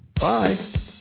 Bye